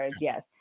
yes